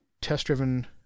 test-driven